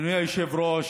אדוני היושב-ראש,